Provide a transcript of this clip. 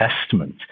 Testament